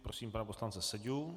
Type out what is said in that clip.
Prosím pana poslance Seďu.